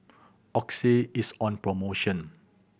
Oxy is on promotion